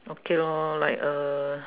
okay lor like uh